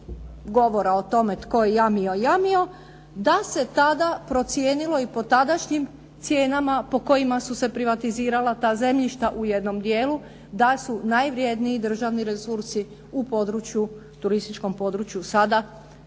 govora o tome tko je jamio jamio da se tada procijenilo i po tadašnjim cijenama po kojima su se privatizirala ta zemljišta u jednom dijelu, da su najvrjedniji državni resursi u području, turističkom području, sada